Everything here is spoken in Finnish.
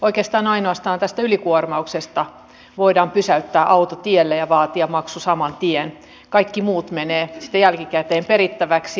oikeastaan ainoastaan ylikuormauksesta voidaan pysäyttää auto tielle ja vaatia maksu saman tien kaikki muut menevät sitten jälkikäteen perittäväksi